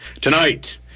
Tonight